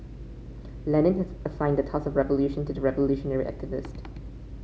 Lenin has assigned the task of revolution to the revolutionary activist